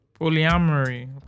Polyamory